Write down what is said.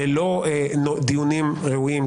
ללא דיונים ראויים,